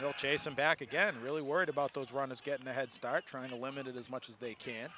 will chase him back again really worried about those runners getting a head start trying to limit it as much as they can